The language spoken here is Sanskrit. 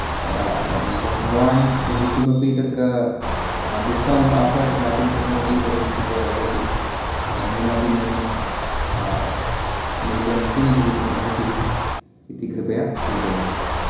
भवान् यदि किमपि तत्र डिस्कौण्ट् आफ़र् दातुं शक्नोति तर्हि कृपया वदतु न्यूनातिन्यूनं मूल्यं किं भवितुम् अर्हति इति कृपया सूचयतु